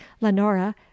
lenora